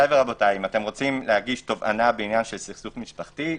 אם אתם רוצים להגיש תובענה בעניינים סכסוך משפחתי,